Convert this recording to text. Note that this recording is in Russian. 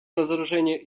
разоружению